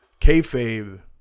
kayfabe